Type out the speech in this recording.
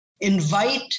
invite